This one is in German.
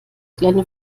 kleine